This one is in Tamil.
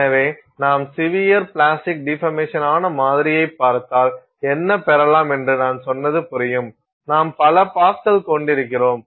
எனவே நாம் சிவியர் பிளாஸ்டிக் டிபர்மேஷன் ஆன மாதிரியைப் பார்த்தால் என்ன பெறலாம் என்று நான் சொன்னது புரியும் நாம் பல பாஸ்கள் கொண்டிருக்கிறோம்